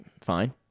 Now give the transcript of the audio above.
fine